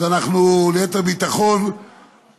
אז אנחנו ליתר ביטחון,